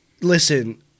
Listen